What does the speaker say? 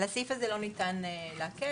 על הסעיף הזה לא ניתן להקל.